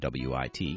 WIT